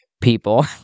people